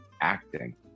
acting